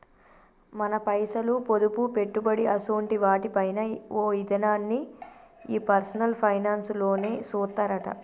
మన పైసలు, పొదుపు, పెట్టుబడి అసోంటి వాటి పైన ఓ ఇదనాన్ని ఈ పర్సనల్ ఫైనాన్స్ లోనే సూత్తరట